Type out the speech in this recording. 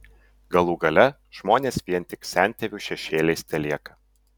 galų gale žmonės vien tik sentėvių šešėliais telieka